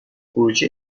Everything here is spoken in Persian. خروج